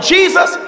Jesus